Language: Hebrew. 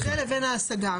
אז מה היחס בין זה לבין ההשגה?